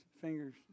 fingers